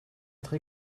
être